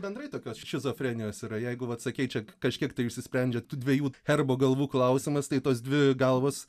bendrai tokios šizofrenijos yra jeigu vat sakei čia kažkiek tai išsisprendžia tų dviejų arba galvų klausimas tai tos dvi galvos